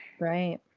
Right